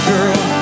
Girl